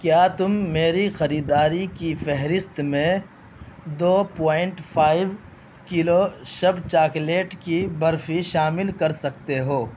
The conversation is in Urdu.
کیا تم میری خریداری کی فہرست میں دو پوائنٹ فائیو کلو شب چاکلیٹ کی برفی شامل کر سکتے ہو